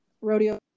rodeo